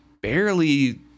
barely